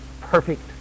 perfect